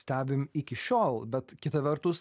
stebim iki šiol bet kita vertus